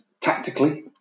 tactically